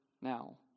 now